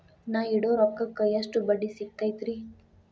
ನಾ ಇಡೋ ರೊಕ್ಕಕ್ ಎಷ್ಟ ಬಡ್ಡಿ ಸಿಕ್ತೈತ್ರಿ?